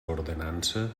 ordenança